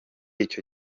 icyo